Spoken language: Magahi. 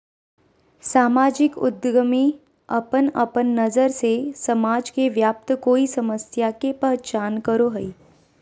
सामाजिक उद्यमी अपन अपन नज़र से समाज में व्याप्त कोय समस्या के पहचान करो हइ